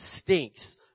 stinks